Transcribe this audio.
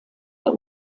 der